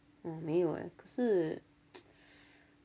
没有哦可是